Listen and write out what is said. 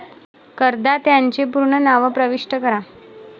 करदात्याचे पूर्ण नाव प्रविष्ट करा